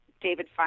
David